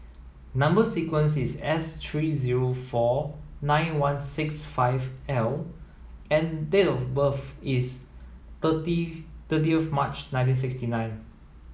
number sequence is S three zero four nine one six five L and date of birth is thirty thirty of March nineteen sixty nine